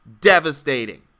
Devastating